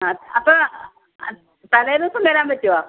ആ അപ്പോൾ തലേദിവസം വരാൻ പറ്റുമോ